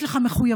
יש לך מחויבות.